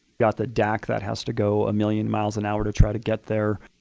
got the dac that has to go a million miles an hour to try to get there,